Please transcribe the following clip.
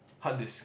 hard disk